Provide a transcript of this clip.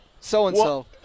so-and-so